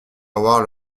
avoir